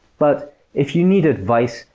but if you need advice,